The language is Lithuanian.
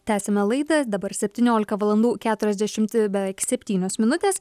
tęsiame laidą dabar septyniolika valandų keturiasdešimt beveik septynios minutės